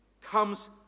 comes